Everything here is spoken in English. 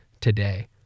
today